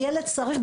הילד צריך,